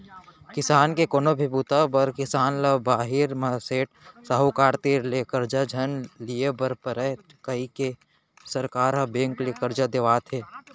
किसानी के कोनो भी बूता बर किसान ल बाहिर म सेठ, साहूकार तीर ले करजा झन लिये बर परय कइके सरकार ह बेंक ले करजा देवात हे